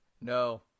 no